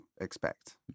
expect